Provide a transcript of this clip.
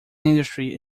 industry